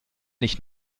nicht